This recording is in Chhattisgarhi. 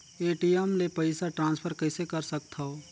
ए.टी.एम ले पईसा ट्रांसफर कइसे कर सकथव?